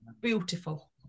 Beautiful